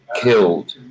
killed